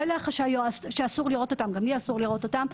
לא אלה החשאיות שגם לי אסור לראות אותן.